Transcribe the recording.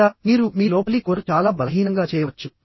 లేదా మీరు మీ లోపలి కోర్ను చాలా బలహీనంగా చేయవచ్చు